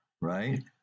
right